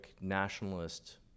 nationalist